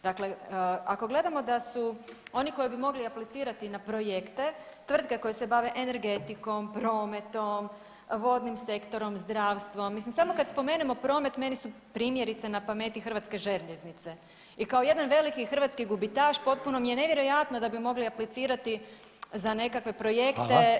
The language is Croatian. Dakle, ako gledamo da su oni koji bi mogli aplicirati na projekte, tvrtke koje se bave energetikom, prometom, vodnim sektorom, zdravstvom, mislim samo kad spomenemo promet, meni su primjerice, na pameti Hrvatske željeznice i kao jedan veliki hrvatski gubitaš potpuno mi je nevjerojatno da bi mogle aplicirati za nekakve projekte